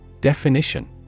Definition